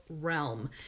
realm